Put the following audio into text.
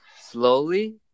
slowly